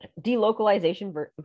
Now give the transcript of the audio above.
delocalization